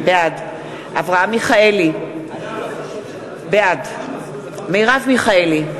בעד אברהם מיכאלי, בעד מרב מיכאלי,